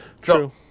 True